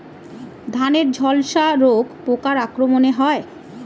ধানের ঝলসা রোগ পোকার আক্রমণে হয়?